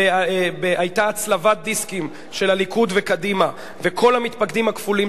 היתה הצלבת דיסקים של הליכוד וקדימה וכל המתפקדים הכפולים